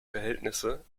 verhältnisse